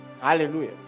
Hallelujah